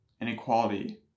inequality